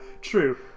true